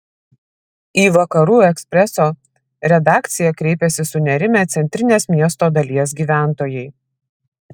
į vakarų ekspreso redakciją kreipėsi sunerimę centrinės miesto dalies gyventojai